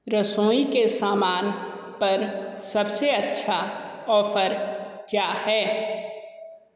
रसोईं के सामान पर सबसे अच्छा ऑफर क्या है